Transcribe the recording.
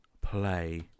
play